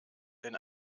denn